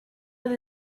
with